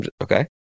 Okay